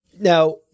Now